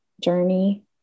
journey